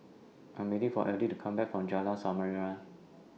I'm waiting For Eddie to Come Back from Jalan Samarinda